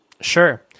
Sure